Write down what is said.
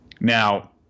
Now